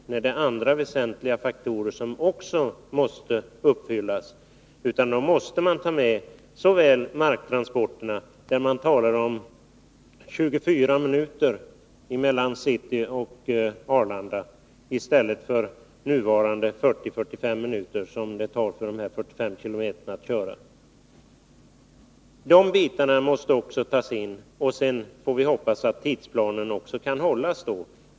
Det finns ju andra väsentliga faktorer som också måste beaktas, t.ex. marktransporterna. I det sammanhanget talar man om en restid på 24 minuter mellan Stockholms city och Arlanda i stället för nuvarande 40-45 minuter, som det tar att köra dessa 45 km. Dessa bitar måste man också ta hänsyn till. Sedan får vi hoppas att tidsplanen kan hållas.